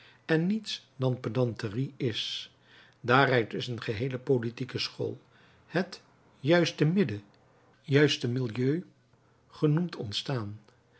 en niets dan pedanterie is daaruit is een geheele politieke school het juiste midden juste milieu genoemd ontstaan